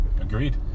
agreed